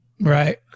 Right